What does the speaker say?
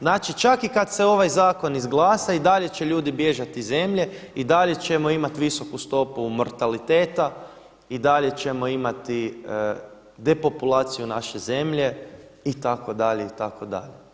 Znači čak i kada se ovaj zakon izglasa i dalje će ljudi bježati iz zemlje i dalje ćemo imati visoku stopu mortaliteta, i dalje ćemo imati depopulaciju naše zemlje itd., itd.